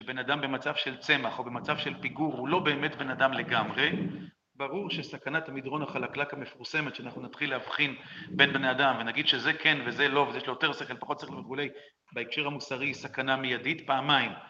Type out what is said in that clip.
בן אדם במצב של צמח, או במצב של פיגור, הוא לא באמת בן אדם לגמרי. ברור שסכנת המידרון החלקלק המפורסמת, שאנחנו נתחיל להבחין בין בני אדם, ונגיד שזה כן וזה לא, וזה יש לו יותר סכל, פחות סכל וכולי, בהקשר המוסרי היא סכנה מיידית פעמיים.